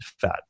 fat